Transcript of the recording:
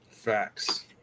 facts